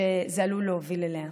שזה עלול להוביל אליה.